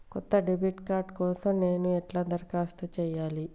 కొత్త debit card కోసం నేను ఎట్లా దరఖాస్తు చేయాలి?